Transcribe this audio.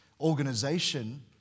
organization